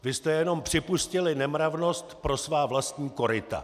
Vy jste jenom připustili nemravnost pro svá vlastní koryta! .